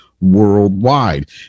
worldwide